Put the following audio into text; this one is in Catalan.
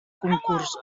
concurs